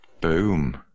Boom